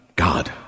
God